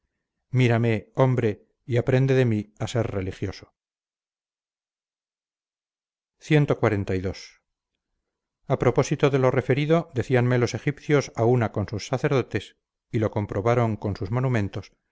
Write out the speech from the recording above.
mírame hombre y aprende de mí a ser religioso cxlii a propósito de lo referido decíanme los egipcios a una con sus sacerdotes y lo comprobaban con sus monumentos